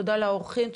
תודה לאורחים,